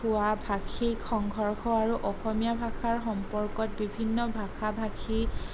হোৱা ভাষিক সংঘৰ্ষ আৰু অসমীয়া ভাষাৰ সম্পৰ্কত বিভিন্ন ভাষা ভাষী